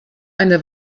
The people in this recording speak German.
eine